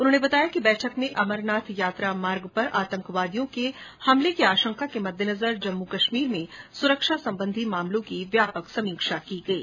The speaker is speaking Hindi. उन्होंने बताया कि बैठक में अमरनाथ यात्रा मार्ग पर आतंकवादियों के हमले की आशंका के मद्देनजर जम्मू कश्मीर में सुरक्षा संबंधी मामलों की व्यापक समीक्षा की गयी